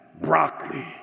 broccoli